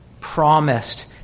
promised